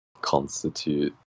constitute